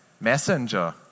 messenger